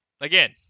again